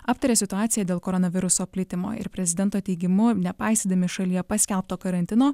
aptarė situaciją dėl koronaviruso plitimo ir prezidento teigimu nepaisydami šalyje paskelbto karantino